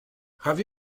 have